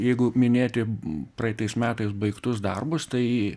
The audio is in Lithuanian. jeigu minėti praeitais metais baigtus darbus tai